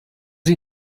sie